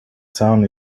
town